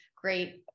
great